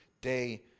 day